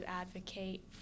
advocate